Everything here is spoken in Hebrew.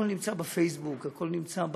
נמצא בפייסבוק, הכול נמצא,